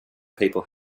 people